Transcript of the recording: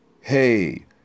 hey